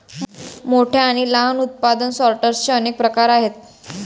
मोठ्या आणि लहान उत्पादन सॉर्टर्सचे अनेक प्रकार आहेत